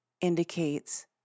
indicates